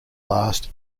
last